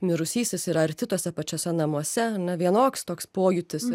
mirusysis yra arti tuose pačiuose namuose ane vienoks toks pojūtis